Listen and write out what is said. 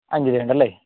അഞ്ച് കിലോ ഉണ്ടല്ലേ